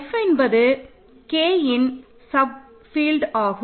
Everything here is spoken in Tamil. F என்பது Kன் சப் ஃபீல்ட் ஆகும்